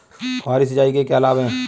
फुहारी सिंचाई के क्या लाभ हैं?